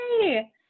yay